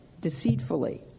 deceitfully